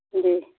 जी